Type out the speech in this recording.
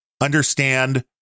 understand